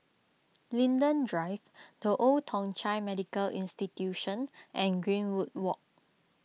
Linden Drive the Old Thong Chai Medical Institution and Greenwood Walk